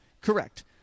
Correct